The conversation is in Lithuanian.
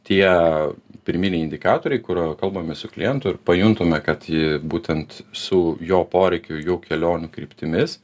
tie pirminiai indikatoriai kur kalbamės su klientu ir pajuntame kad būtent su jo poreikiu jau kelionių kryptimis